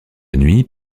nuit